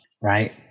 right